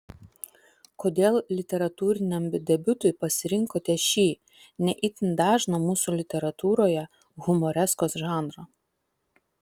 kodėl literatūriniam debiutui pasirinkote šį ne itin dažną mūsų literatūroje humoreskos žanrą